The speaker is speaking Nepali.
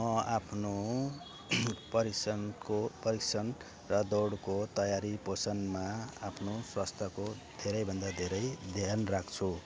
म आफ्नो परिश्रमको परिश्रम र दौडको तैयारी पोसनमा आफ्नो स्वास्थ्यको धेरै भन्दा धेरै ध्यान राख्छु